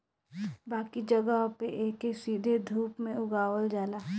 बाकी जगह पे एके सीधे धूप में उगावल जाला